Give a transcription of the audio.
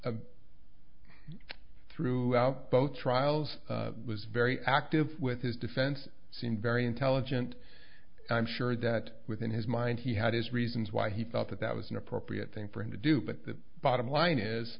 is throughout both trials was very active with his defense seemed very intelligent and i'm sure that within his mind he had his reasons why he thought that that was an appropriate thing for him to do but the bottom line is